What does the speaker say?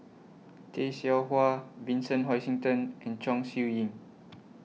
Tay Seow Huah Vincent Hoisington and Chong Siew Ying